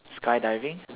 sky diving